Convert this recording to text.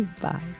Bye